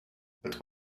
but